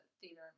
theater